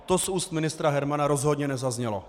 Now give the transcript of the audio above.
To z úst ministra Hermana rozhodně nezaznělo.